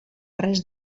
res